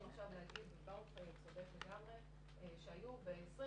להגיד וברוך צודק לגמרי שהיו ב-24